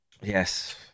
Yes